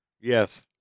Yes